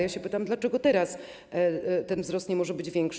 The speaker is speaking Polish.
Ja się pytam: Dlaczego teraz ten wzrost nie może być większy?